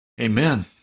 Amen